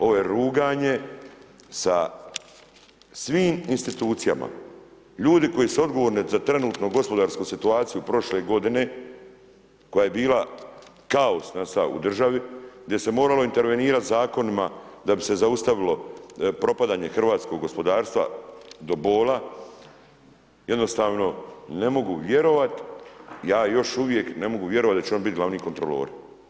Ovo je ruganje sa svim institucijama, ljudi koji su odgovorni za trenutnu gospodarsku situaciju prošle godine, koja je bila kaos u državi, gdje se moralo intervenirati zakonima da bi se zaustavilo propadanje hrvatskog gospodarstva do bola, jednostavno ja još uvijek ne mogu vjerovati da će oni bit glavni kontrolori.